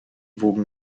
wogen